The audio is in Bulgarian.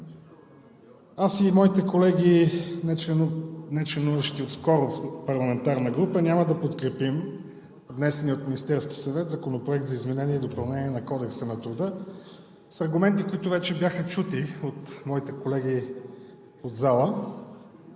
Аз и моите колеги, нечленуващи отскоро в парламентарна група, няма да подкрепим внесения от Министерския съвет Законопроект за изменение и допълнение на Кодекса на труда с аргументи, които вече бяха чути от моите колеги от залата,